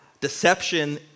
Deception